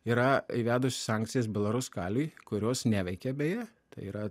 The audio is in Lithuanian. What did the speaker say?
yra įvedusi sankcijas belaruskaliui kurios neveikia beje tai yra